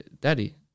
Daddy